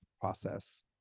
process